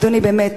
אדוני, באמת.